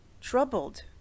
Troubled